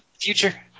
future